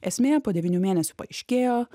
esmė po devynių mėnesių paaiškėjo